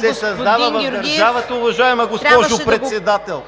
се създават в държавата, уважаема госпожо Председател.